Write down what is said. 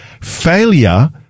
failure